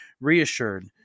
reassured